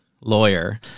lawyer